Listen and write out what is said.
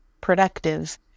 productive